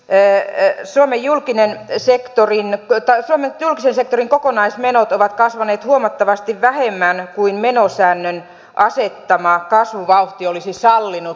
greene ja julkinen sektori jota julkisen sektorin kokonaismenot ovat kasvaneet huomattavasti vähemmän kuin menosäännön asettama kasvuvauhti olisi sallinut